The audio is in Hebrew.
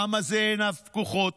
העם הזה, עיניו פקוחות.